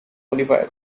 modified